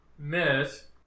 Miss